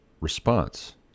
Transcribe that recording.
response